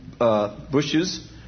Bushes